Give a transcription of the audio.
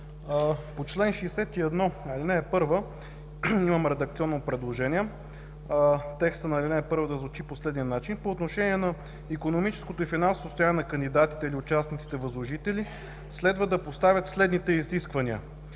По чл. 61, ал. 1 имам редакционно предложение – текстът да звучи по следния начин: „(1) По отношение на икономическото и финансовото състояние на кандидатите или участниците възложителите следва да поставят следните изисквания:”.